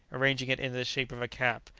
arranging it into the shape of a cap,